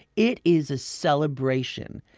it is a celebration.